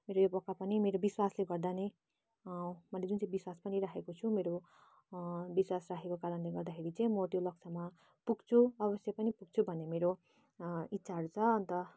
मेरो यो पक्का पनि मेरो विश्वासले गर्दा नै मैले जुन चाहिँ विश्वास पनि राखेको छु मेरो विश्वास राखेको कारणले गर्दाखेरि चाहिँ म त्यो लक्ष्यमा पुग्छु अवश्य पनि पुग्छु भन्ने मेरो इच्छाहरू छ अन्त